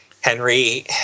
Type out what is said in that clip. Henry